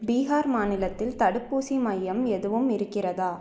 பீகார் மாநிலத்தில் தடுப்பூசி மையம் எதுவும் இருக்கிறதா